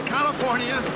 California